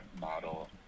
model